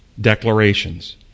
declarations